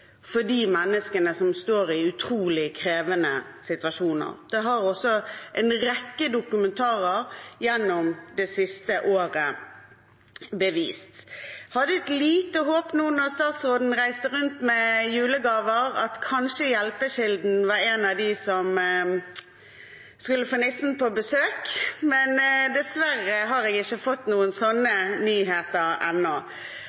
for de menneskene som står i utrolig krevende situasjoner. Det har også en rekke dokumentarer gjennom det siste året bevist. Jeg hadde et lite håp, nå når statsråden reiste rundt med julegaver, om at kanskje Hjelpekilden var en av dem som skulle få nissen på besøk, men dessverre har jeg ikke fått noen sånne nyheter ennå.